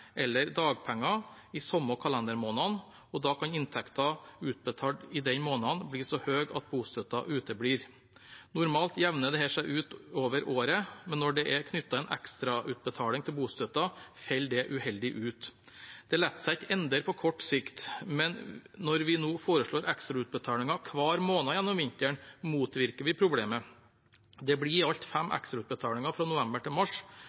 eller dagpenger i samme kalendermåned, og da kan inntekten utbetalt i den måneden bli så høy at bostøtten uteblir. Normalt jevner dette seg ut over året, men når det er knyttet en ekstrautbetaling til bostøtten, faller det uheldig ut. Dette lar seg ikke endre på kort sikt, men når vi nå foreslår ekstrautbetalinger hver måned gjennom vinteren, motvirker vi problemet. Det blir i alt fem ekstrautbetalinger fra november til mars,